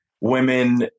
women